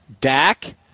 Dak